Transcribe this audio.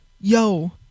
yo